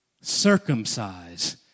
circumcise